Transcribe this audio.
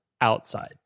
outside